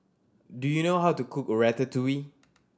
do you know how to cook Ratatouille